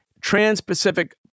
Trans-Pacific